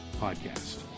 podcast